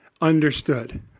understood